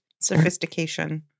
sophistication